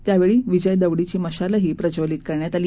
त्यावछी विजय दौडीची मशालही प्रज्वलित करण्यात आली